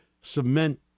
cement